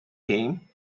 came